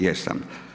Jesam.